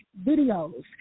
videos